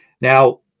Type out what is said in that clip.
Now